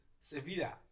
Sevilla